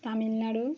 Tamil Nadu